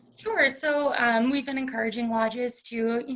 sure, so and we've been encouraging lodges to, you